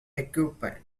equipment